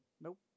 Nope